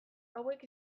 hauek